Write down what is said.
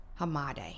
Hamade